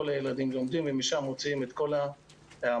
כל הילדים לומדים ומשם מוציאים את כל המוכשרים